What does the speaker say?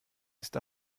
ist